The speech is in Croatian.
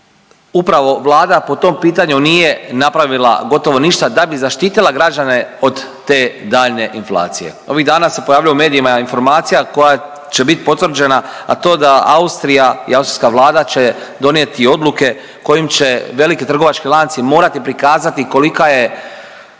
upravo Vlada po tom pitanju nije napravila gotovo ništa da bi zaštitila građane od te daljnje inflacije. Ovih dana se pojavila u medijima informacija koja će bit potvrđena, a to da Austrija i austrijska vlada će donijeti odluke kojim se veliki trgovački lanci morati prikazati kolika je